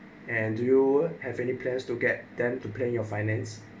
and do you have any plans to get them to play your finance